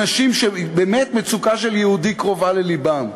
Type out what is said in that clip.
אנשים שבאמת מצוקה של יהודי קרובה ללבם.